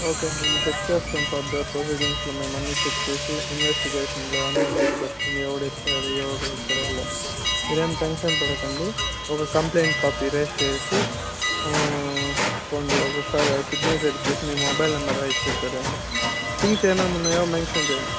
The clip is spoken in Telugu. ఓకే మేము చెక్ చేస్తాము ఫర్దర్ ప్రొసీడింగ్స్లో మేము అన్నీ చెక్ చేసి ఇన్వెస్టిగేషన్లో అన్నీ బయట పడుతుంది ఎవడెత్తాడు ఎవడు ఎక్కడ ఎలా మీరేం టెన్షన్ పడకండి ఒక కంప్లయింట్ కాపీ రైజ్ చేసేసి పోండి ఒక సిగ్నేచర్ ఇచ్చేసి మీ మొబైల్ నెంబర్ రాసిచ్చేసి రండి థింగ్స్ ఏమేమున్నాయో మెన్షన్ చేయండి